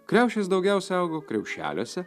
kriaušės daugiausiai augo kriaušeliuose